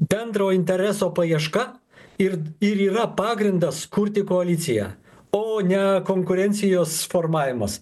bendro intereso paieška ir ir yra pagrindas kurti koaliciją o ne konkurencijos formavimas